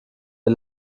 der